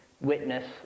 witness